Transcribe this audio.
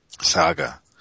Saga